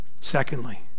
Secondly